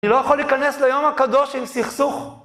אני לא יכול להיכנס ליום הקדוש עם סכסוך.